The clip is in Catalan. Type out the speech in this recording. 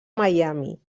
miami